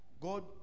God